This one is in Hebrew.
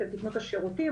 אתם תיתנו את השירותים,